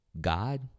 God